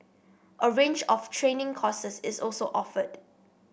a range of training courses is also offered